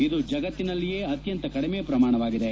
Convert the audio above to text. ಇದು ಜಗತ್ತಿನಲ್ಲಿಯೇ ಅತ್ಯಂತ ಕಡಿಮೆ ಪ್ರಮಾಣವಾಗಿದೆ